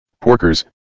Porkers